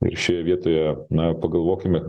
ir šioje vietoje na pagalvokime